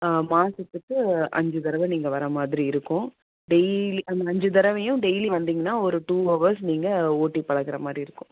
மாதத்துக்கு அஞ்சு தடவை நீங்கள் வர மாதிரி இருக்கும் டெய்லி அந்த அஞ்சு தடவையும் டெய்லி வந்திங்கன்னால் ஒரு டூ அவர்ஸ் நீங்கள் ஓட்டி பழகுற மாதிரி இருக்கும்